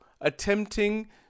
attempting